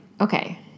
okay